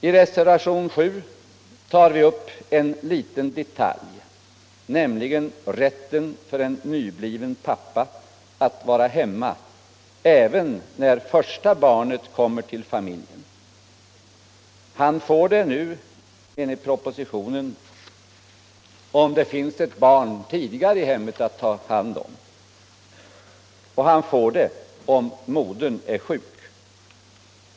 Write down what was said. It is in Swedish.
I reservationen 7 tar vi upp en liten detalj, nämligen rätten för en nybliven pappa att vara hemma även när första barnet kommer till familjen. Enligt propositionen får han vara det om det finns ett barn tidigare i hemmet att ta hand om, och han får vara det om modern är sjuk.